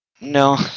No